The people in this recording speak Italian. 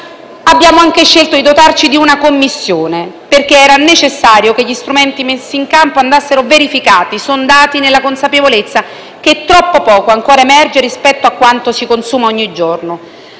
abbiamo anche deciso di dotarci di una Commissione perché era necessario che gli strumenti messi in campo fossero verificati e sondati, nella consapevolezza che troppo poco ancora emerge rispetto a quanto si consuma ogni giorno.